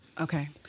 Okay